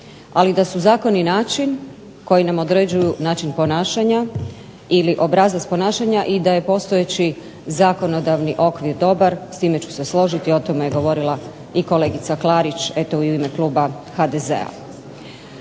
Ali da su zakoni način koji nam određuju način ponašanja ili obrazac ponašanja i da je postojeći zakonodavni okvir dobar, s time ću se složiti. O tome je govorila i kolegica Klarić eto i u ime kluba HDZ-a.